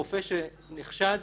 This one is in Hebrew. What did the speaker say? רופא שנחשד